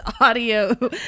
audio